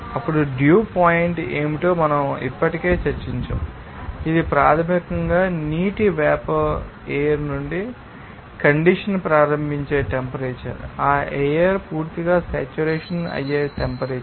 ఇప్పుడు dew point ఏమిటో మనం ఇప్పటికే చర్చించాము ఇది ప్రాథమికంగా నీటి వేపర్ ఎయిర్ నుండి కండెన్స్ ప్రారంభించే టెంపరేచర్ ఆ ఎయిర్ పూర్తిగా సేట్యురేషన్ అయ్యే టెంపరేచర్